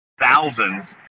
Thousands